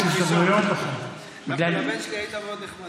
דווקא עם הבן שלי היית מאוד נחמד.